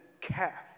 calf